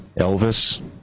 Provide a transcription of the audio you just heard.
Elvis